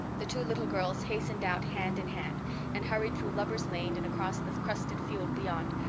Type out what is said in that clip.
the two little girls hastened out hand in hand and hurried through lover's lane and across the crusted field beyond,